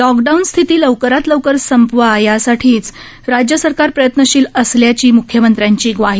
lockdown स्थिती लवकरात लवकर संपावी यासाठीच राज्य सरकार प्रयत्नशील असल्याची म्ख्यमंत्र्यांची ग्वाही